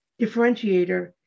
differentiator